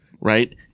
right